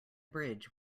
bridge